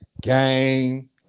Game